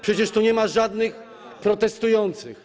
Przecież tu nie ma żadnych protestujących.